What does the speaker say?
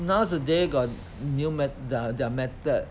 nowadays got new met~ their method